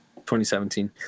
2017